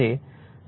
0676 વેબર મળશે